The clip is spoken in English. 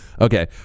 okay